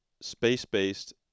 space-based